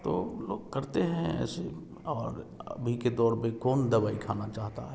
तो हम लोग करते हैं ऐसे और अभी के दौर पे कौन दवाई खाना चाहता है